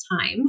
time